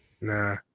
nah